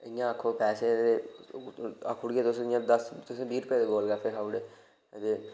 इ'यां तुस आखगे पैसे जि'यां तुसें बी रपे दे गोल गफ्फे खाई ओड़े ते